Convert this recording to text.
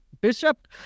Bishop